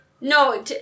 No